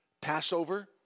Passover